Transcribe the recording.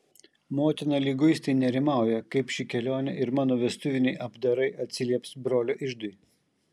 motina liguistai nerimauja kaip ši kelionė ir mano vestuviniai apdarai atsilieps brolio iždui